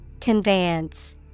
conveyance